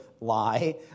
lie